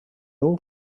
all